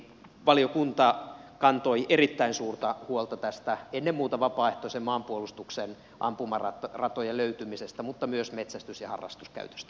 valiokunta kantoi erittäin suurta huolta tästä ennen muuta vapaaehtoisen maanpuolustuksen ampumaratojen löytymisestä mutta myös metsästys ja harrastuskäytöstä